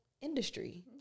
industry